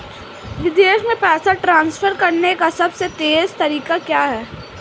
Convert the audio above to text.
विदेश में पैसा ट्रांसफर करने का सबसे तेज़ तरीका क्या है?